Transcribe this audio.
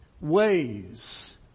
ways